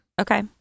Okay